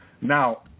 now